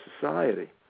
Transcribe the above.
society